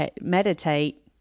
meditate